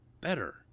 better